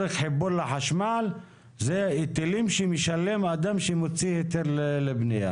לצורך חיבור לחשמל זה היטלים שמשלם אדם שמוציא היתר לבנייה.